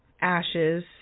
ashes